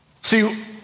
See